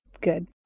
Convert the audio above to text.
Good